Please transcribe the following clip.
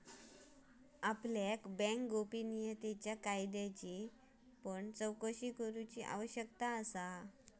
आपणाक बँक गोपनीयतेच्या कायद्याची पण चोकशी करूची आवश्यकता असा